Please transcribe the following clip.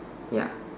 ya